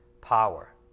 power